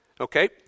Okay